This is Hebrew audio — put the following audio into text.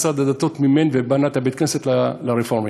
משרד הדתות מימן ובנה את בית-הכנסת לרפורמים.